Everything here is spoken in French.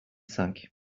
cinq